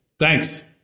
Thanks